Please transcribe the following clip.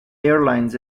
airlines